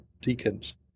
deacons